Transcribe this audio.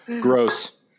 Gross